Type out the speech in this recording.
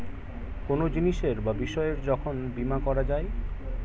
কোনো জিনিসের বা বিষয়ের যখন বীমা করা যায়